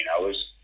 hours